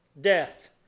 death